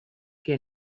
que